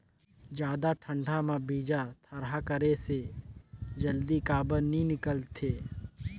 जादा ठंडा म बीजा थरहा करे से जल्दी काबर नी निकलथे?